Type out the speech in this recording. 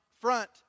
front